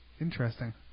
Interesting